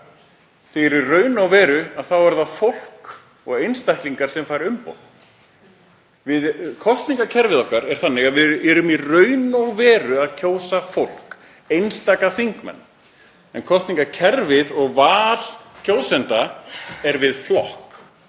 þegar í raun og veru eru það fólk og einstaklingar sem fá umboð. Kosningakerfið okkar er þannig að við erum í raun og veru að kjósa fólk, einstaka þingmenn, en kosningakerfið og val kjósenda er við flokk.